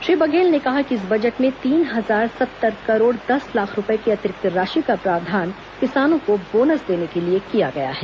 श्री बघेल ने कहा कि इस बजट में तीन हजार सत्तर करोड़ दस लाख रूपये की अतिरिक्त राशि का प्रावधान किसानों को बोनस देने के लिए किया गया है